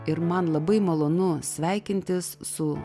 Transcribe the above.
ir man labai malonu sveikintis su